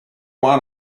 want